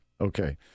Okay